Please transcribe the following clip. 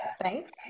thanks